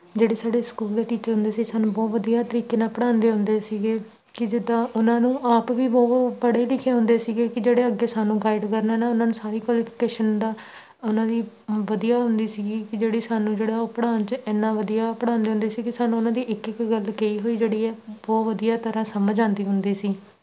ਜਿਹੜੇ ਸਾਡੇ ਸਕੂਲ ਦੇ ਟੀਚਰ ਹੁੰਦੇ ਸੀ ਸਾਨੂੰ ਬਹੁਤ ਵਧੀਆ ਤਰੀਕੇ ਨਾਲ ਪੜ੍ਹਾਉਂਦੇ ਹੁੰਦੇ ਸੀਗੇ ਕਿ ਜਿੱਦਾਂ ਉਹਨਾਂ ਨੂੰ ਆਪ ਵੀ ਬਹੁਤ ਪੜ੍ਹੇ ਲਿਖੇ ਹੁੰਦੇ ਸੀਗੇ ਕਿ ਜਿਹੜੇ ਅੱਗੇ ਸਾਨੂੰ ਗਾਈਡ ਕਰਨਾ ਨਾ ਉਹਨਾਂ ਨੂੰ ਸਾਰੀ ਕੁਲੀਫਿਕੇਸ਼ਨ ਦਾ ਉਹਨਾਂ ਦੀ ਵਧੀਆ ਹੁੰਦੀ ਸੀਗੀ ਕਿ ਜਿਹੜੀ ਸਾਨੂੰ ਜਿਹੜਾ ਉਹ ਪੜ੍ਹਾਉਣ 'ਚ ਐਨਾ ਵਧੀਆ ਪੜ੍ਹਾਉਂਦੇ ਹੁੰਦੇ ਸੀ ਕਿ ਸਾਨੂੰ ਉਹਨਾਂ ਦੀ ਇੱਕ ਇੱਕ ਗੱਲ ਕਹੀ ਹੋਈ ਜਿਹੜੀ ਹੈ ਬਹੁਤ ਵਧੀਆ ਤਰ੍ਹਾਂ ਸਮਝ ਆਉਂਦੀ ਹੁੰਦੀ ਸੀ